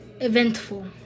eventful